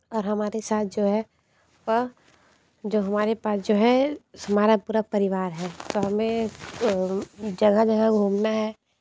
और हमारे साथ जो है वह जो हमारे पास जो है हमारा पूरा परिवार है तो हमें जगह जगह घूमना है